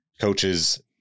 coaches